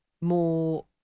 more